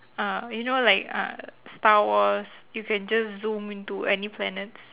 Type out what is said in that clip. uh you know like uh star wars you can just zoom into any planets